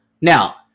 Now